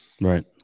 right